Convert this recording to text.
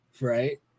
Right